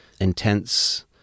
intense